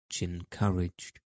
encouraged